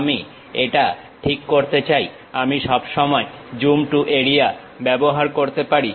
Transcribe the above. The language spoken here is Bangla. আমি এটা ঠিক করতে চাই আমি সব সময় জুম টু এরিয়া ব্যবহার করতে পারি